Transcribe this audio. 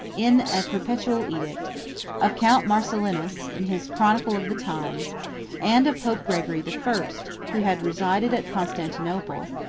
in a perpetual edict of count marcellinus, in his chronicle of the times and of pope gregory the first, who had resided at constantinople,